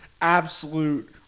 absolute